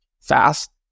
fast